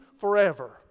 forever